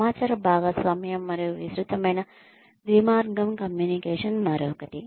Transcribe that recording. సమాచార భాగస్వామ్యం మరియు విస్తృతమైన ద్వి మార్గం కమ్యూనికేషన్ మరొకటి